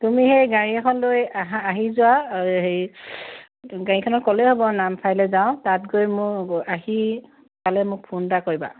তুমি সেই গাড়ী এখন লৈ আহা আহি যোৱা হেৰি গাড়ীখনক ক'লেই হ'ব নামচাইলৈ যাওঁ তাত গৈ মোক আহি পালে মোক ফোন এটা কৰিবা